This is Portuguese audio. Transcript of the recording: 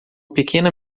pequena